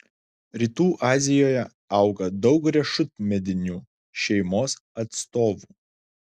rytų azijoje auga daug riešutmedinių šeimos atstovų